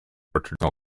traditional